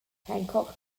hancock